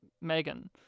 Megan